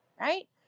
right